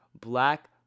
black